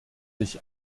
sich